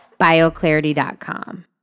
Bioclarity.com